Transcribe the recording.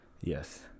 Yes